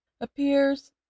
appears